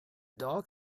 dog